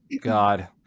god